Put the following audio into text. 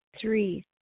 Three